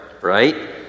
right